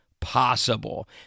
possible